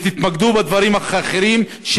ותתמקדו בדברים אחרים.